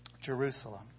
Jerusalem